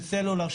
של סלולר,